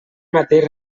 mateix